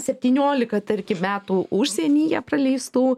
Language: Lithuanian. septyniolika tarkim metų užsienyje praleistų